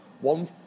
One